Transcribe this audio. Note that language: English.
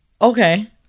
Okay